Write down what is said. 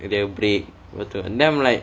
the break lepas tu then I'm like